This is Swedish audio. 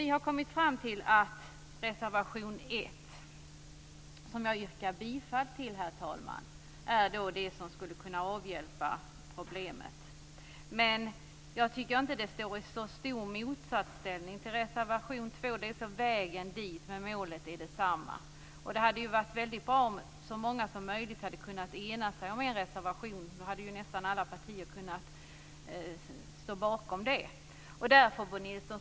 Vi har kommit fram till att förslaget i reservation 1, som jag yrkar bifall till, herr talman, är det som skulle kunna avhjälpa problemet. Detta står emellertid inte i så hög grad i motsats till det som sägs i reservation 2. Skillnaden gäller vägen dit, men målet är detsamma. Det hade varit bra om så många som möjligt hade kunnat ena sig om en reservation. I så fall hade nästan alla partier kunnat stå bakom det förslaget.